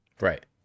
Right